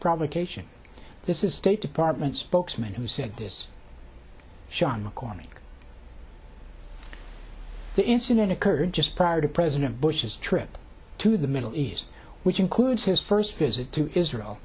problem cation this is state department spokesman who said this sean mccormick the incident occurred just prior to president bush's trip to the middle east which includes his first visit to israel